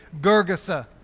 Gergesa